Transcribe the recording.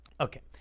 Okay